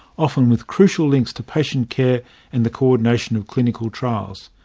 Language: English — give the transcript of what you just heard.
often with crucial links to patient care and the coordination of clinical trials.